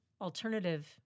alternative